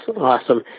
awesome